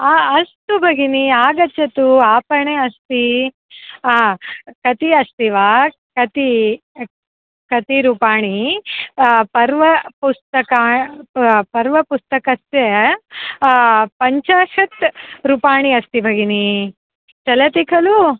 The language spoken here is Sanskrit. अस्तु भगिनि आगच्छतु आपणे अस्ति कति अस्ति वा कति कति रूपाणि पर्व पुस्तकानि पर्वपुस्तकस्य पञ्चाशद्रूपाणि अस्ति भगिनि चलति खलु